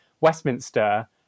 Westminster